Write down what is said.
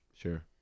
Sure